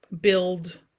build